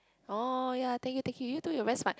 oh ya thank you thank you you too you're very smart